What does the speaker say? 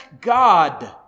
God